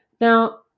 now